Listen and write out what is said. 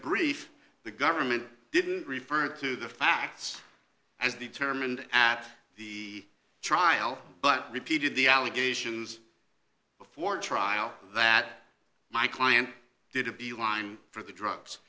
brief the government didn't refer to the facts as determined at the trial but repeated the allegations before trial that my client did a beeline for the drugs